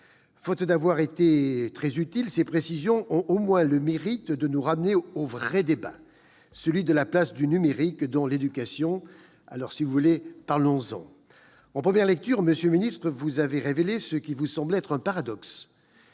défaut d'être très utiles, ces précisions ont au moins le mérite de nous ramener au vrai sujet : celui de la place du numérique dans l'éducation. Alors, parlons-en ! En première lecture, monsieur le ministre, vous avez relevé ce qui vous semblait être un paradoxe